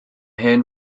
hen